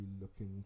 looking